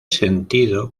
sentido